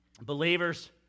Believers